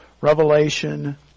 Revelation